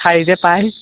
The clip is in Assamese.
যে পায়